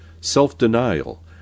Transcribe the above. self-denial